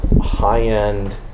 high-end